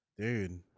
dude